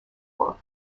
war